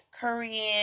Korean